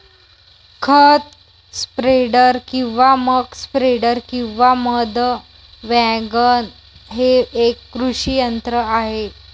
खत स्प्रेडर किंवा muck spreader किंवा मध वॅगन हे एक कृषी यंत्र आहे